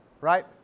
Right